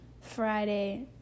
Friday